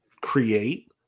create